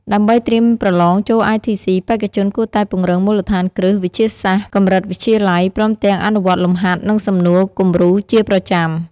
ដើម្បីត្រៀមប្រឡងចូល ITC បេក្ខជនគួរតែពង្រឹងមូលដ្ឋានគ្រឹះវិទ្យាសាស្ត្រកម្រិតវិទ្យាល័យ ព្រមទាំងអនុវត្តលំហាត់ និងសំណួរគំរូជាប្រចាំ។